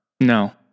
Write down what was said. No